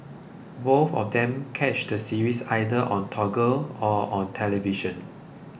both of them catch the series either on Toggle or on television